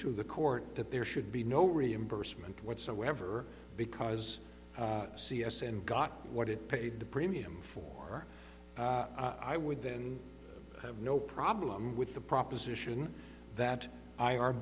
to the court that there should be no reimbursement whatsoever because c s and got what it paid the premium for i would then have no problem with the proposition that i